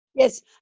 Yes